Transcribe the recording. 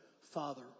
Father